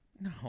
No